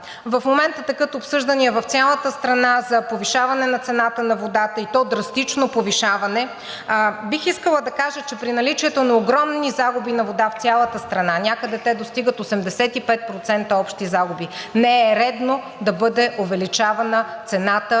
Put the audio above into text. В момента текат обсъждания в цялата страна за повишаване на цената на водата, и то драстично повишаване. Бих искала да кажа, че при наличието на огромни загуби на вода в цялата страна – някъде те достигат 85% общи загуби, не е редно да бъде увеличавана цената,